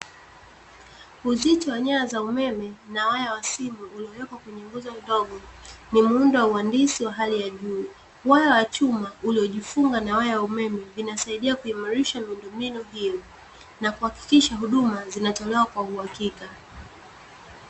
Uzito wa nyaya za umeme na waya wa simu uliowekwa kwenye nguzo ndogo ni muundo wa uhandisi wa hali ya juu, waya wa chuma uliojifunga na waya wa umeme vinasaidia kuimarisha miundombinu hiyo na kuhakikisha huduma zinatolewa kwa uhakika.